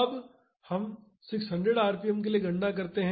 अब हम 600 आरपीएम के लिए गणना करते हैं